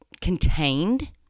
contained